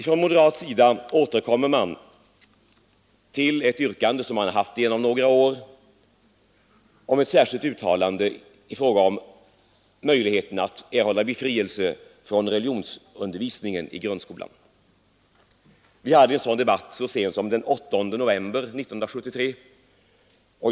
Från moderat sida återkommer man till ett yrkande, som man har haft några år, om ett särskilt uttalande i fråga om möjligheterna att erhålla befrielse från religionsundervisningen i grundskolan. Vi hade en sådan debatt så sent som den 8 november 1973.